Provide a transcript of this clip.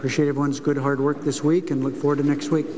appreciated ones good hard work this week and look for the next week